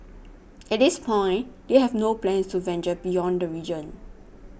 at this point they have no plans to venture beyond the region